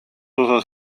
osas